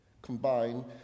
Combine